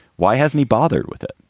why has me bothered with it?